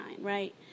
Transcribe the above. Right